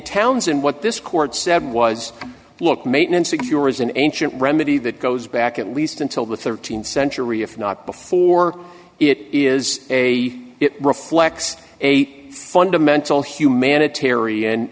towns and what this court said was look maintenance secure is an ancient remedy that goes back at least until the thirteenth century if not before it is a it reflects a fundamental humanitarian